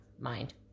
mind